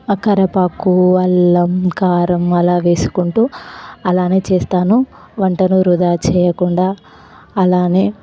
ఆ కరేవేపాకు అల్లం కారం ఆలా వేసుకుంటూ అలానే చేస్తాను వంటను వృధా చెయ్యకుండా అలానే